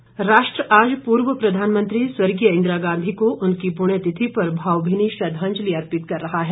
इंदिरा गांधी राष्ट्र आज पूर्व प्रधानमंत्री स्वर्गीय इंदिरा गांधी को उनकी पुण्य तिथि पर भावभीनी श्रद्धांजलि अर्पित कर रहा है